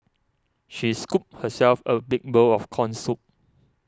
she scooped herself a big bowl of Corn Soup